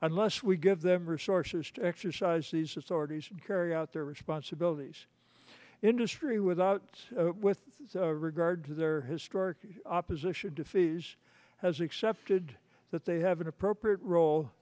unless we give them resources to exercise these authorities carry out their responsibilities industry without regard to their historic opposition to fees has accepted that they have an appropriate role